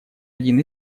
один